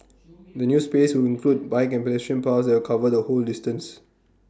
the new space will include bike and pedestrian paths that cover the whole distance